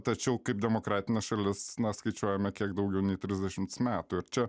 tačiau kaip demokratinė šalis na skaičiuojame kiek daugiau nei trisdešimts metų ir čia